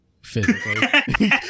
physically